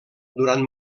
durant